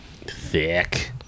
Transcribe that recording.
Thick